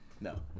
No